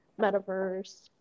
metaverse